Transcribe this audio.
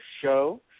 show